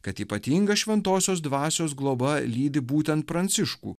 kad ypatinga šventosios dvasios globa lydi būtent pranciškų